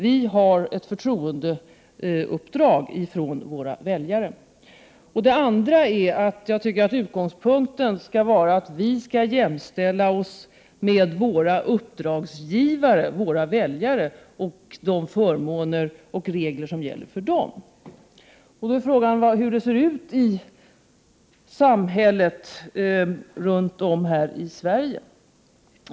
Vi har ett förtroendeuppdrag från våra väljare. Den andra är att utgångspunkten skall vara att vi skall jämställas med våra uppdragsgivare, våra väljare, och de förmåner och regler som gäller för dem. Då är frågan hur det ser ut i samhället runt om i Sverige.